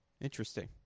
Interesting